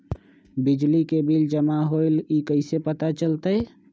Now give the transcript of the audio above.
बिजली के बिल जमा होईल ई कैसे पता चलतै?